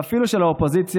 ואפילו של האופוזיציה,